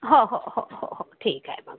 हो हो हो हो हो ठीक आहे मग हो